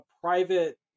private